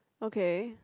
okay